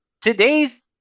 today's